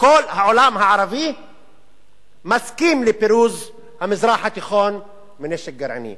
כל העולם הערבי מסכים לפירוז המזרח התיכון מנשק גרעיני.